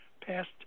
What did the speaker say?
passed